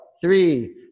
three